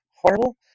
horrible